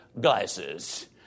glasses